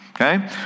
Okay